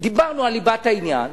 דיברנו על ליבת העניין,